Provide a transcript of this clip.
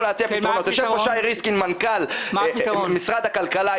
יושב פה שי רינסקי, מנכ"ל משרד הכלכלה.